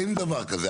אין דבר כזה.